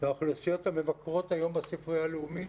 והאוכלוסיות המבקרות היום בספרייה הלאומית,